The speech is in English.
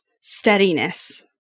steadiness